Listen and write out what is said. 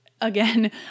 again